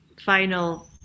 final